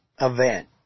event